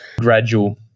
gradual